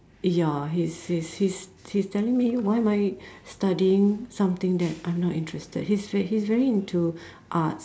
ya he's he's he's he's telling me why am I studying something that I'm not interested he's very he's very into arts